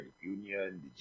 union